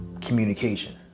communication